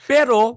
Pero